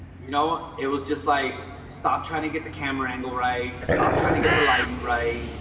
you know, it was just like stop trying to get the camera angle right. stop trying to get the lighting right.